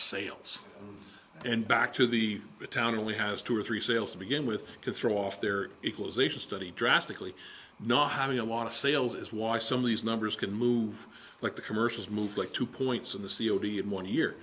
sales and back to the town only has two or three sales to begin with can throw off their equalization study drastically not having a lot of sales is why some of these numbers can move like the commercials move like two points in the cod in one year